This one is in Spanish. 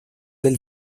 del